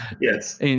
yes